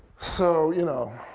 so you know,